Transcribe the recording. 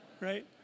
right